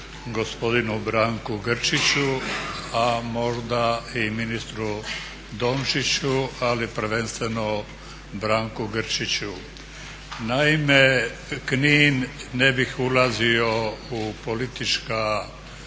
gospodinu Branku Grčiću a možda i ministru Dončiću, ali prvenstveno Branku Grčiću. Naime Knin, ne bih ulazio u politička